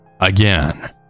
again